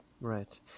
Right